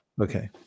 Okay